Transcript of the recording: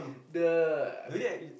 the I mean